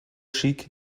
ziek